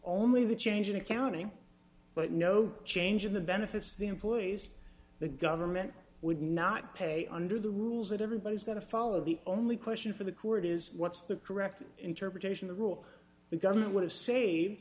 only the change in accounting but no change in the benefits the employees the government would not pay under the rules that everybody's going to follow the only question for the court is what's the correct interpretation the rule the government would have saved